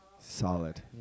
solid